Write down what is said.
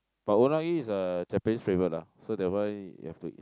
but unagi is a Japanese favourite lah so that one you have to eat